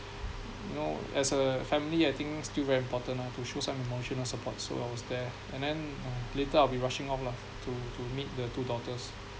you know as a family I think still very important lah to show some emotional support so I was there and then uh later I will be rushing off lah to to meet the two daughters